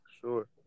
sure